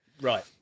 Right